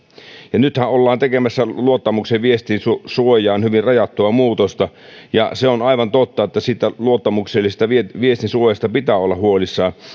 nythän ollaan tekemässä luottamuksellisen viestin suojaan hyvin rajattua muutosta ja se on aivan totta että siitä luottamuksellisen viestin suojasta pitää olla huolissaan